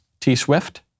T-Swift